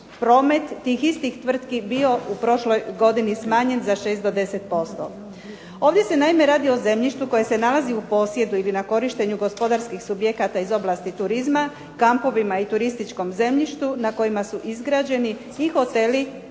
promet tih istih tvrtki bio u prošloj godini smanjen za 6 do 10%. Ovdje se naime radi o zemljištu koje se nalazi u posjedu ili na korištenju gospodarskih subjekata iz oblasti turizma, kampovima i turističkom zemljištu na kojima su izgrađeni svi hoteli,